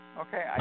Okay